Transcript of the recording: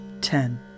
Ten